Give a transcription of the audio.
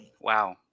Wow